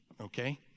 okay